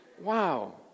Wow